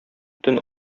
төн